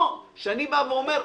או שאני בא ואומר,